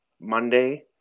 monday